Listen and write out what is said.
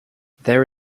there